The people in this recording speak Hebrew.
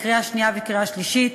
לקריאה השנייה ולקריאה השלישית.